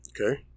Okay